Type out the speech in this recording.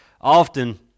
often